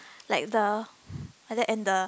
like the like that and the